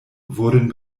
wurden